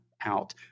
out